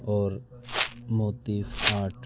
اور موتف آٹ